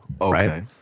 right